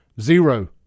Zero